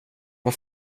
vad